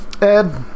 Ed